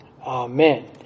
Amen